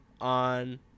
on